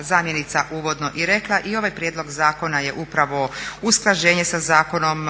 zamjenica uvodni i rekla i ovaj prijedlog zakona je upravo usklađenje sa zakonom